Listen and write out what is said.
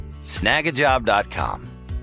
Snagajob.com